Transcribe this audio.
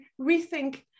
rethink